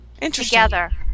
together